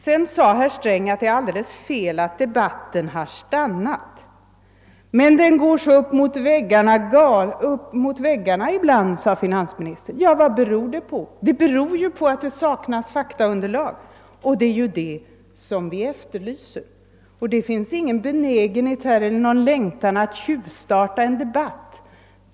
Sedan sade herr Sträng att det är alldeles fel att debatten har stannat. Men den går så upp emot väggarna ibland, sade finansministern. Ja, vad beror det på? Det beror ju på att det saknas faktaunderlag, vilket vi ju efterlyser. Det finns ingen benägenhet eller någon längtan att tjuvstarta en debatt.